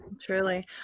Truly